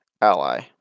ally